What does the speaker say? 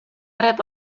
rep